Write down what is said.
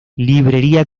librería